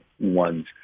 one's